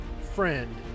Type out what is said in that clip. friend